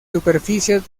superficies